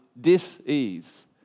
dis-ease